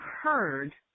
heard